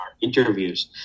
interviews